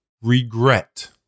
Regret